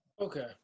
Okay